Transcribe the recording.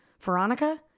Veronica